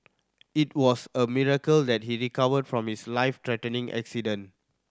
it was a miracle that he recovered from his life threatening accident